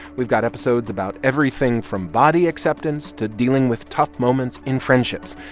we've got episodes about everything from body acceptance to dealing with tough moments in friendships.